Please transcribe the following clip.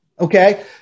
okay